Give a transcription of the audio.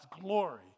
glory